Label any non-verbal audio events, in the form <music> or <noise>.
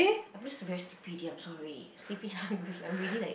I'm just very sleepy already I'm sorry sleepy hungry <laughs> I'm really like